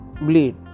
bleed